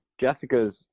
Jessica's